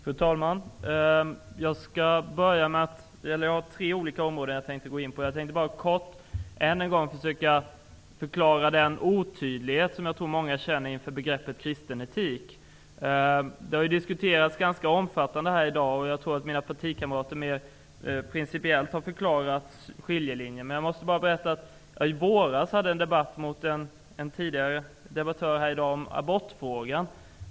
Fru talman! Det är tre olika områden jag tänkte gå in på. Först vill jag kort än en gång försöka förklara den otydlighet som jag tror många känner inför begreppet kristen etik. Den har diskuterats ganska länge här i dag, och jag tror att mina partikamrater mer principiellt har förklarat skiljelinjen. Men jag vill berätta att jag i våras hade en debatt med en tidigare debattör här i dag om abortfrågan.